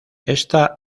esta